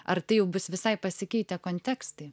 ar tai jau bus visai pasikeitę kontekstai